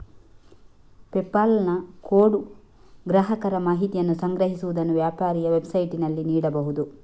PayPal ನ code ಗ್ರಾಹಕರ ಮಾಹಿತಿಯನ್ನು ಸಂಗ್ರಹಿಸುವುದನ್ನು ವ್ಯಾಪಾರಿಯ ವೆಬ್ಸೈಟಿನಲ್ಲಿ ನೀಡಬಹುದು